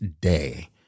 day